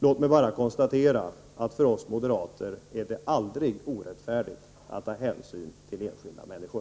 Låt mig bara konstatera att för oss moderater är det aldrig orättfärdigt att ta hänsyn till enskilda människor.